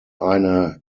eine